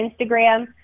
Instagram